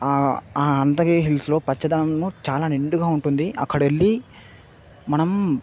అనంతగిరి హిల్స్లో పచ్చదనము చాలా నిండుగా ఉంటుంది అక్కడికి వెళ్ళి మనం